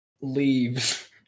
leaves